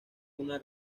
una